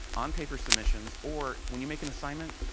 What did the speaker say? on paper submissions, or when you make an assignment,